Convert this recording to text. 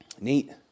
Neat